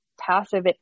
passive